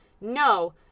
no